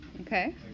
Okay